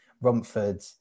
Romford